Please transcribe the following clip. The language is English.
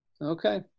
Okay